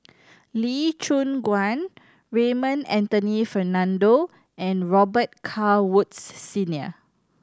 Lee Choon Guan Raymond Anthony Fernando and Robet Carr Woods Senior